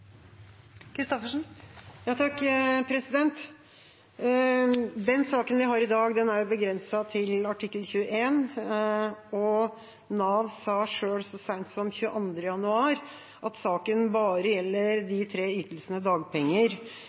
til artikkel 21. Nav sa selv så sent som 22. januar at saken bare gjelder de tre ytelsene dagpenger,